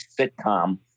sitcom